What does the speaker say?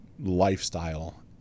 lifestyle